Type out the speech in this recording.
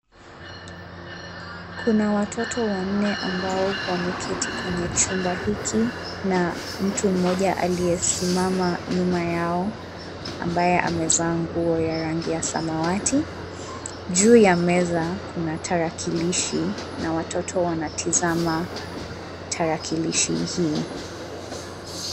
Kuna watoto wanne ambao wameketi kwenye chumba hiki na mtu mmoja aliyesimama nyuma yao ambaye amevaa nguo ya rangi ya samawati. Juu ya meza kuna tarakilishi na watoto wanatazama tarakilishi hii.